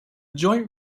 joint